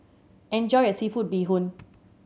enjoy your seafood bee hoon